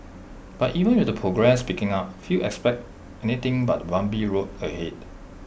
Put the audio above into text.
but even with progress picking up few expect anything but A bumpy road ahead